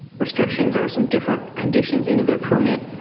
restrictions or some different conditions into their permit.